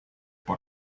but